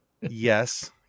Yes